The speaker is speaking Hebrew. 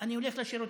אני הולך לשירותים.